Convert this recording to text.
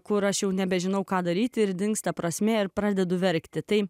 kur aš jau nebežinau ką daryti ir dingsta prasmė ir pradedu verkti tai